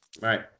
Right